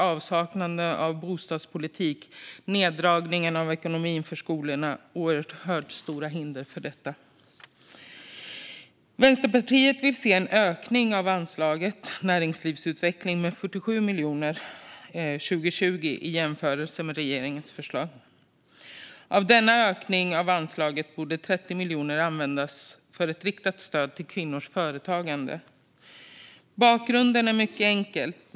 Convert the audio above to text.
Avsaknaden av bostadspolitik och neddragningen i ekonomin för skolorna är oerhört stora hinder när det gäller detta. Vänsterpartiet vill se en ökning av anslaget för näringslivsutveckling med 47 miljoner 2020 i jämförelse med regeringens förslag. Av denna ökning av anslaget borde 30 miljoner användas för ett riktat stöd till kvinnors företagande. Bakgrunden är mycket enkel.